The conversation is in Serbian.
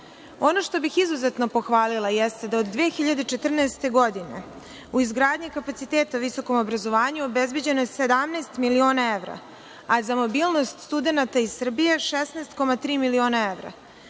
što bih izuzetno pohvalila jeste da od 2014. godine u izgradnji kapaciteta u visokom obrazovanju obezbeđeno je 17 miliona evra, a za mobilnost studenata iz Srbije 16,3 miliona evra.